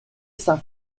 saint